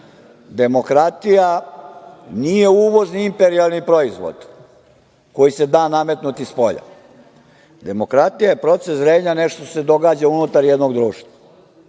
demokratija nije uvoz ni imperijalni proizvod koji se da nametnuti spolja, demokratija je proces zrenja, nešto se događa unutar jednog društva. Moj